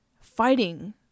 fighting